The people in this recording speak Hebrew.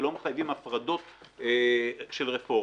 ולא מחייבים הפרדות של רפורמה.